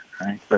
right